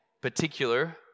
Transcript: particular